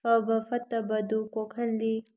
ꯐꯕ ꯐꯠꯇꯕꯗꯨ ꯀꯣꯛꯍꯜꯂꯤ